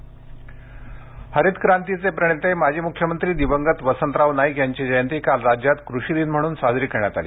कृषी दिन हरित क्रांतीचे प्रणेते माजी मुख्यमंत्री दिवंगत वसंतराव नाईक यांची जयंती काल राज्यात कृषी दिन म्हणून साजरी करण्यात आली